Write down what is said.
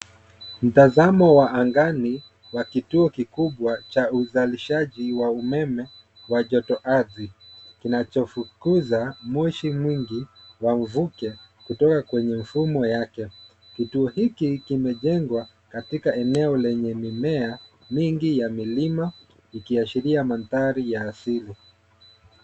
Mtazamo wa angani wa kituo kikubwa cha uzalishaji wa umeme wa joto ardhi, kinachofukuza moshi mwingi wa uvuke kutoka kwenye mfumo yake. Kituo hiki kimejengwa katika eneo lenye mimea mingi ya milima ikiashiria mandhari ya asili.